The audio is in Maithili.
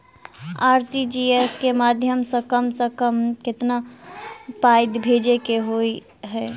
आर.टी.जी.एस केँ माध्यम सँ कम सऽ कम केतना पाय भेजे केँ होइ हय?